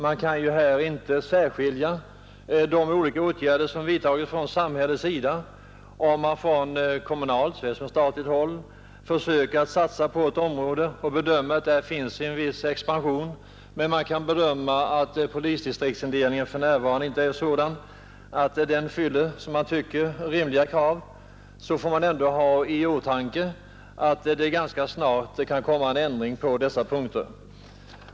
Man kan här inte särskilja de olika åtgärder som vidtages från samhällets sida, om man från såväl kommunalt som statligt håll försöker satsa på ett område och bedömer att det där kommer att bli en viss expansion. Man kanske dock tycker att polisdistriktsindelningen för närvarande inte är sådan att den fyller, som man tycker, rimliga krav. Då får man ha i åtanke att det ganska snart kan ske en ändring på dessa punkter.